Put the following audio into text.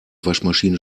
waschmaschine